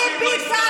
ביקשתי